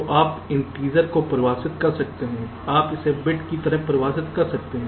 तो आप इंटीजर को परिभाषित कर सकते हैं आप इसे बिट की तरह परिभाषित कर सकते हैं